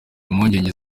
impungenge